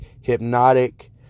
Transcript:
Hypnotic